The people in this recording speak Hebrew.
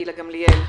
גילה גמליאל,